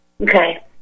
Okay